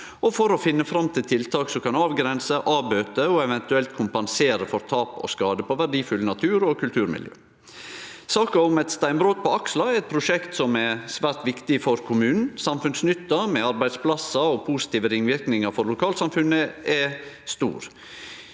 og for å finne fram til tiltak som kan avgrense, avbøte og eventuelt kompensere for tap av og skade på verdifull natur og kulturmiljø. Saka om eit steinbrot på Aksla er eit prosjekt som er svært viktig for kommunen. Samfunnsnytta med arbeidsplassar og positive ringverknader for lokalsamfunnet er stor.